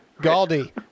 Galdi